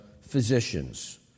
physicians